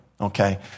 okay